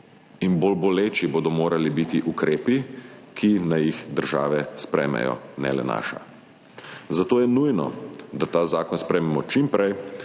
in bolj boleči bodo morali biti ukrepi, ki naj jih države sprejmejo, ne le naša. Zato je nujno, da ta zakon sprejmemo čimprej,